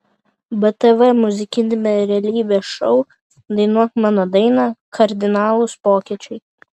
btv muzikiniame realybės šou dainuok mano dainą kardinalūs pokyčiai